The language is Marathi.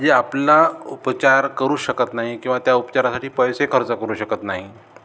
जे आपला उपचार करू शकत नाही किंवा त्या उपचारासाठी पैसे खर्च करू शकत नाही